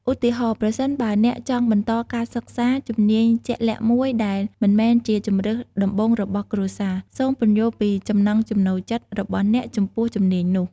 ឧទាហរណ៍ ប្រសិនបើអ្នកចង់បន្តការសិក្សាជំនាញជាក់លាក់មួយដែលមិនមែនជាជម្រើសដំបូងរបស់គ្រួសារ សូមពន្យល់ពីចំណង់ចំណូលចិត្តរបស់អ្នកចំពោះជំនាញនោះ។